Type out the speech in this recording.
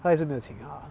他也是没有请他